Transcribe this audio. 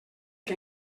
que